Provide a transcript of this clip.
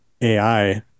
ai